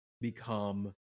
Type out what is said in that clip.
become